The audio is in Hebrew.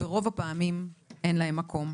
ברוב הפעמים אין להן מקום.